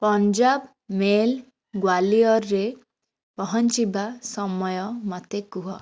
Punjab mail ଗ୍ୱାଲିଅରରେ ପହଞ୍ଚିବା ସମୟ ମୋତେ କୁହ